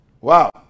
Wow